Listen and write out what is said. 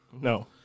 No